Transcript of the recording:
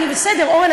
אני בסדר, אורן.